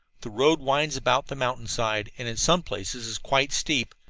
the road winds about the mountain side, and in some places is quite steep.